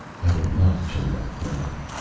i will not turn back now.